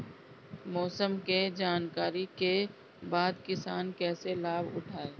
मौसम के जानकरी के बाद किसान कैसे लाभ उठाएं?